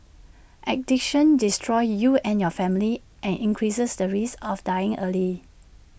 addiction destroys you and your family and increases the risk of dying early